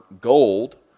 gold